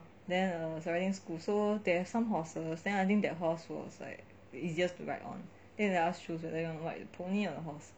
then err it's a riding school so there is some horses then I think that horse was like the easiest to ride on then they asked us choose whether you want to ride pony or the horse